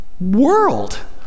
world